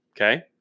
Okay